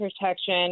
Protection